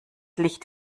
licht